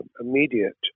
immediate